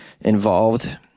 involved